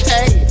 Hey